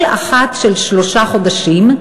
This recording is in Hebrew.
כל אחת של שלושה חודשים,